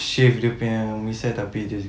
pages keep your pigeon good